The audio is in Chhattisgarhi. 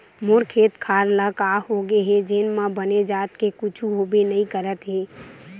मोर खेत खार ल का होगे हे जेन म बने जात के कुछु होबे नइ करत हे